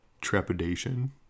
trepidation